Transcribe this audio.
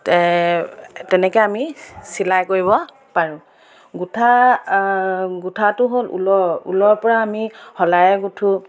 তে তেনেকৈ আমি চিলাই কৰিব পাৰোঁ গোঁঠা গোঁঠাটো হ'ল ঊল ঊলৰ পৰা আমি শলাৰে গোঁঠোঁ